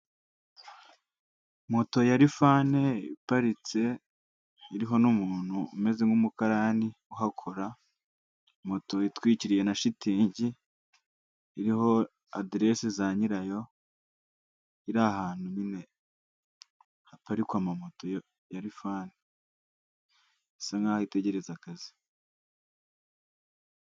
Moto ya rifani iparitse iriho n'umuntu umeze nk'umukarani uhakora. Moto itwikiwe na shitingi iriho aderese za nyirayo iri ahantu nyine haparikwa ama moto ya rifani isa nkaho itegereje akazi.